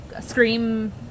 Scream